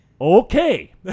Okay